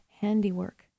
handiwork